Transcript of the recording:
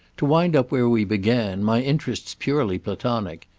to wind up where we began, my interest's purely platonic.